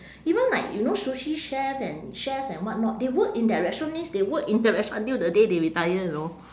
even like you know sushi chef and chefs and what not they work in that restaurant means they work in the restaurant until the day they retire you know